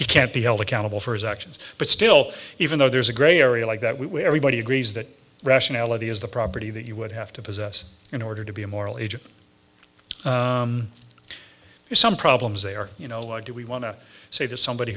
he can't be held accountable for his actions but still even though there's a gray area like that we everybody agrees that rationality is the property that you would have to possess in order to be a moral agent there are some problems there you know like do we want to say to somebody